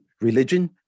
religion